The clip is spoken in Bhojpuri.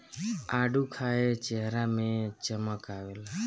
आडू खाए चेहरा में चमक आवेला